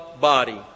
body